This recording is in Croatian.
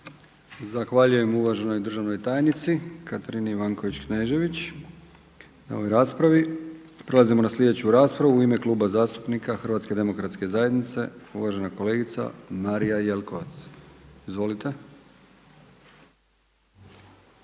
Zahvaljujem uvaženoj državnoj tajnici Katarini Ivanković Knežević na ovoj raspravi. Prelazimo na sljedeću raspravu. U ime Kluba zastupnika HDZ-a uvažena kolegica Marija Jelkovac. Izvolite.